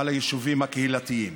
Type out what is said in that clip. על היישובים הקהילתיים.